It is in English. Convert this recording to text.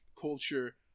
culture